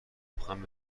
لبخند